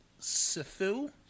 Sifu